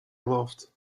loved